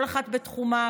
כל אחת בתחומה,